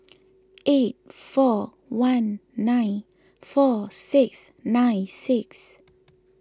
eight four one nine four six nine six